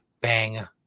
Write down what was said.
bang